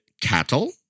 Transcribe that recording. cattle